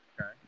Okay